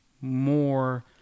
more